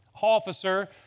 officer